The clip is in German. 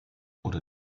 oder